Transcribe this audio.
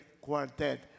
Quartet